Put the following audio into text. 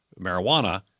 marijuana